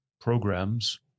programs